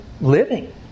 living